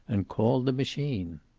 and called the machine.